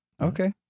Okay